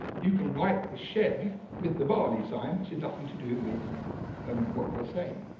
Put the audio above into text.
you can write the sheh with the barley sign which has nothing to do with um what you're saying.